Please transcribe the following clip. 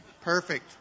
Perfect